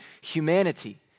humanity